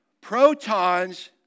Protons